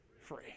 free